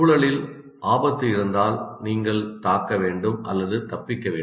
சூழலில் ஆபத்து இருந்தால் நீங்கள் தாக்க வேண்டும் அல்லது தப்பிக்க வேண்டும்